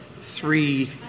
three